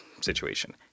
situation